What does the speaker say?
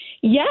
Yes